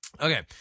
Okay